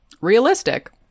realistic